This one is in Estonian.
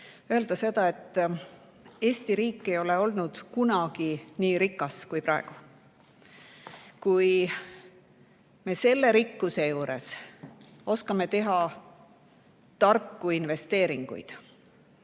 öelda seda, et Eesti riik ei ole kunagi olnud nii rikas kui praegu. Kui me selle rikkuse juures oskame teha tarku investeeringuid,